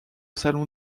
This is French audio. salon